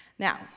Now